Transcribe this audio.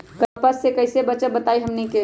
कपस से कईसे बचब बताई हमनी के?